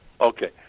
Okay